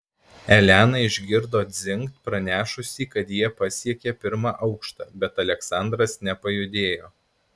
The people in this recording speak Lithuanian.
elena išgirdo dzingt pranešusį kad jie pasiekė pirmą aukštą bet aleksandras nepajudėjo